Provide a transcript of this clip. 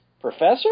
Professor